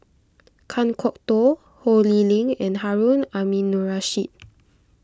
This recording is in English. Kan Kwok Toh Ho Lee Ling and Harun Aminurrashid